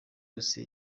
yose